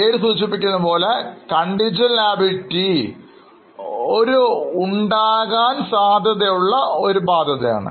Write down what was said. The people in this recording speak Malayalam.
പേര് സൂചിപ്പിക്കുന്നതുപോലെ Contingent liability ഈ ബാധ്യത ഉണ്ടാകാനിടയുള്ള ഒരു ബാധ്യതയാണ്